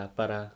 para